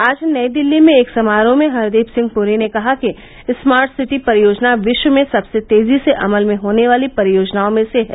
आज नई दिल्ली में एक समारोह में हरदीप सिंह पुरी ने कहा कि स्मार्ट सिटी परियोजना विश्व में सदसे तेजी से अमल होने वाली परियोजनाओं में से है